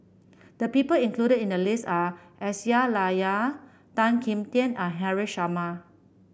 the people included in the list are Aisyah Lyana Tan Kim Tian and Haresh Sharma